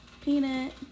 Peanut